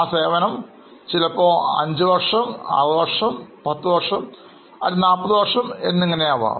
ആ സേവനം ചിലപ്പോൾ 5years 6 years 10 years 40 years എന്നിങ്ങനെ ആകാം